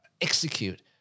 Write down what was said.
execute